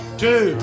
two